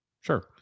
sure